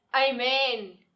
Amen